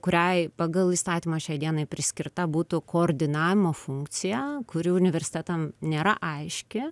kuriai pagal įstatymą šiai dienai priskirta būtų koordinavimo funkcija kuri universitetam nėra aiški